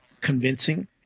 convincing